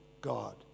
God